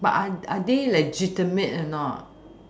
but are they legitimate or not